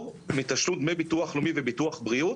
מתשלום דמי ביטוח לאומי וביטוח בריאות,